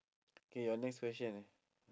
K your next question eh